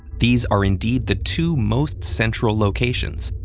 these are indeed the two most central locations,